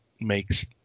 makes